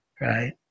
right